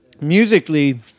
Musically